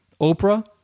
Oprah